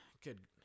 good